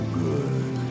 good